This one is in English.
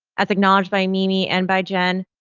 as acknowledged by mimi and by jen,